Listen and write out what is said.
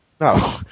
No